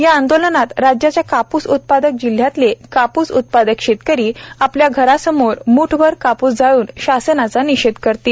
या आंदोलनात राज्याच्या कापूस उत्पादक जिल्ह्यातले कापूस उत्पादक शेतकरी आपल्या घरासमोर मूठभर कापूस जाळून शासनाचा निषेध करतील